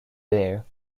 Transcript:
there